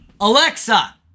Alexa